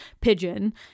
Pigeon